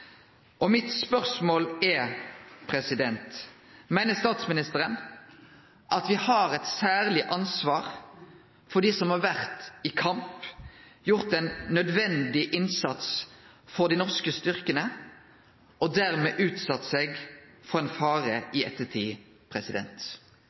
Mitt spørsmål er: Meiner statsministeren at me har eit særleg ansvar for dei som har vore i kamp, gjort ein nødvendig innsats for dei norske styrkene og dermed utsett seg for ein fare